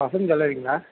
Vasanth ஜுவல்லரிங்களா